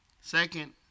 Second